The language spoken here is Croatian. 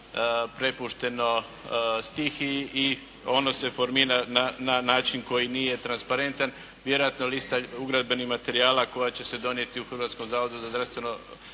prepušteno stihiji i ono se formira na način koji nije transparentan. Vjerojatno lista ugradbenih materijala koja će se donijeti u Hrvatskom zavodu za zdravstveno